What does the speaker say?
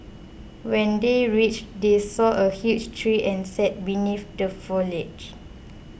when they reached they saw a huge tree and sat beneath the foliage